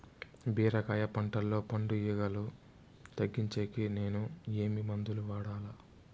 బీరకాయ పంటల్లో పండు ఈగలు తగ్గించేకి నేను ఏమి మందులు వాడాలా?